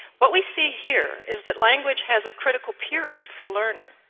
what we see here is that language has a critical period for learning.